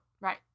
right